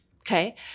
okay